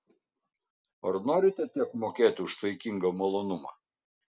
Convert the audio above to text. ar norite tiek mokėti už saikingą malonumą